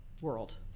world